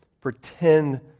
pretend